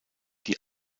die